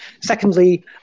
Secondly